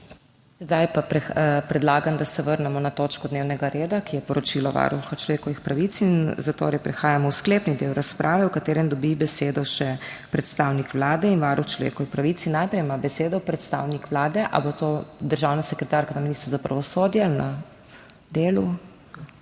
Zdaj pa predlagam, da se vrnemo na točko dnevnega reda, ki je poročilo Varuha človekovih pravic. Prehajamo v sklepni del razprave, v katerem dobita besedo še predstavnik Vlade in varuh človekovih pravic. Najprej ima besedo predstavnik Vlade. Ali bo to državna sekretarka na ministrstvu za pravosodje ali